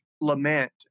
lament